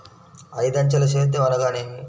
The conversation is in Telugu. ఐదంచెల సేద్యం అనగా నేమి?